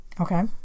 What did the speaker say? Okay